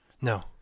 No